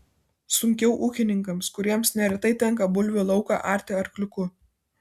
sunkiau ūkininkams kuriems neretai tenka bulvių lauką arti arkliuku